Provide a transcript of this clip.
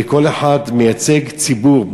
וכל אחד מייצג ציבור,